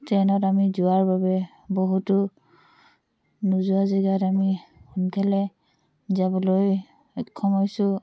ট্ৰে'নত আমি যোৱাৰ বাবে বহুতো নোযোৱা জেগাত আমি সোনকালে যাবলৈ সক্ষম হৈছো